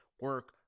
Work